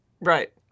Right